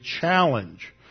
challenge